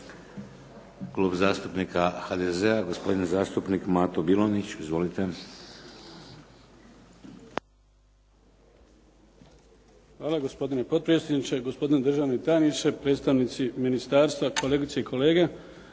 Hvala, gospodine potpredsjedniče. Gospodine državni tajniče, predstavnici ministarstva, kolegice i kolege.